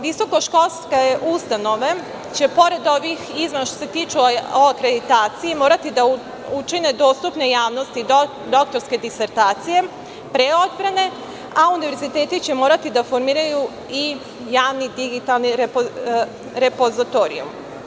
Visokoškolske ustanove će pored ovih izmena koje se tiču akreditacije, morati da učine dostupnim javnosti doktorske disertacije pre odbrane, a univerziteti će morati da formiraju i javni digitalni repozitorijum.